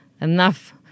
enough